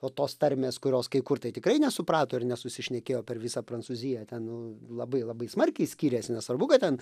o tos tarmės kurios kai kur tai tikrai nesuprato ir nesusišnekėjo per visą prancūziją ten labai labai smarkiai skyrėsi nesvarbu kad ten